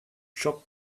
shop